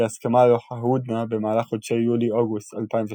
ההסכמה על ההודנה במהלך חודשי יולי-אוגוסט 2003